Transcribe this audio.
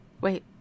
wait